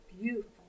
beautiful